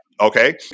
okay